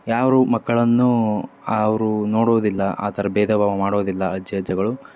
ಯಾರೂ ಮಕ್ಕಳನ್ನು ಅವರು ನೋಡುವುದಿಲ್ಲ ಆ ಥರ ಭೇದ ಭಾವ ಮಾಡೋದಿಲ್ಲ ಅಜ್ಜಿ ಅಜ್ಜಗಳು